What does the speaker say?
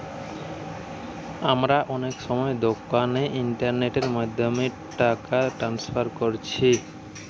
আমরা অনেক সময় দোকানে ইন্টারনেটের মাধ্যমে টাকা ট্রান্সফার কোরছি